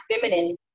Feminine